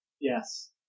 Yes